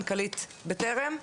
מנכ"לית בטרם?